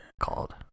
called